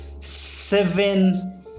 Seven